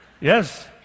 Yes